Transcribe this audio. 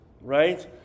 right